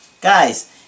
Guys